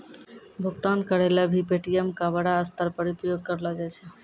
भुगतान करय ल भी पे.टी.एम का बड़ा स्तर पर उपयोग करलो जाय छै